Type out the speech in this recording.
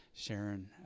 Sharon